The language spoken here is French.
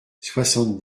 soixante